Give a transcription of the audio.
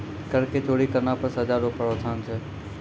कर के चोरी करना पर सजा रो प्रावधान छै